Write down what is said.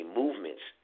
movements